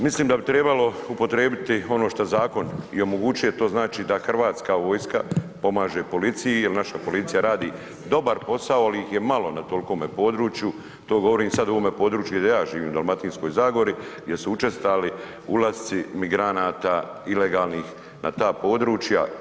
Mislim da bi trebalo upotrijebiti ono što zakon i omogućuje, to znači da hrvatska vojska pomaže policiji jer naša policija radi dobar posao ali ih je malo na tolikome području, to govorim sad o ovome području gdje ja živim, Dalmatinskoj zagori, gdje su učestali ulasci migranata ilegalnih na ta područja.